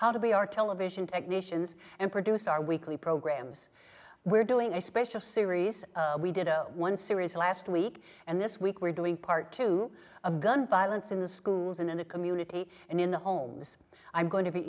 how to be our television technicians and produce our weekly programs we're doing a special series we did one series last week and this week we're doing part two of gun violence in the schools and in the community and in the homes i'm going to be